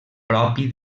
propi